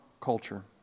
culture